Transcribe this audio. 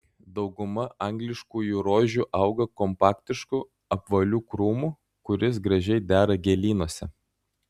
dauguma angliškųjų rožių auga kompaktišku apvaliu krūmu kuris gražiai dera gėlynuose